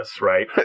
right